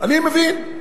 אני מבין,